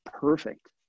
perfect